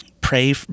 pray